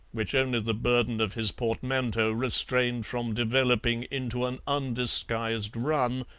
which only the burden of his portmanteaux restrained from developing into an undisguised run,